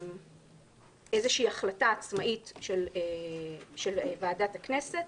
איזושהי החלטה עצמאית של ועדת הכנסת,